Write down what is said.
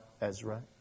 Ezra